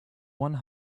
one